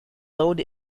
load